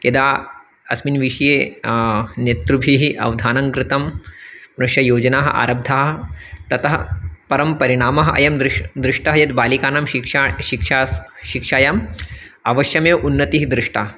यदा अस्मिन् विषये नेतृभिः अवधानं कृतं पृश्य योजनाः आरब्धाः ततः परं परिणामः अयं दृष्टः दृष्टः यद् बालिकानां शिक्षा शिक्षायां शिक्षायाम् अवश्यमेव उन्नतिः दृष्टा